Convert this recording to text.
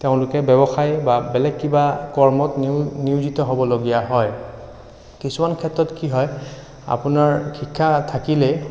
তেওঁলোকে ব্যৱসায় বা বেলেগ কিবা কৰ্মত নিয়ো নিয়োজিত হ'বলগীয়া হয় কিছুমান ক্ষেত্ৰত কি হয় আপোনাৰ শিক্ষা থাকিলে